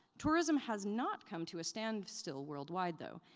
tourism has not come to a standstill worldwide, though,